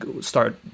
start